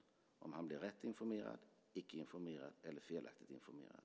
Blev han rätt informerad, icke informerad eller felaktigt informerad?